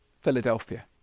Philadelphia